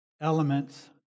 elements